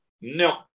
No